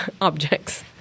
objects